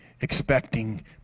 expecting